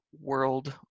world